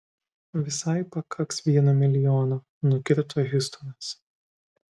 visai pakaks vieno milijono nukirto hiustonas